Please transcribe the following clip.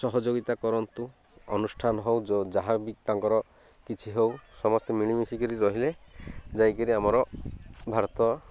ସହଯୋଗିତା କରନ୍ତୁ ଅନୁଷ୍ଠାନ ହଉ ଯାହା ତାଙ୍କର କିଛି ହଉ ସମସ୍ତେ ମିଳିମିଶି କରି ରହିଲେ ଯାଇ କରି ଆମର ଭାରତ